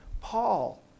Paul